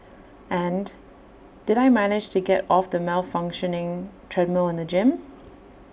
and did I manage to get off the malfunctioning treadmill in the gym